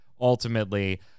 ultimately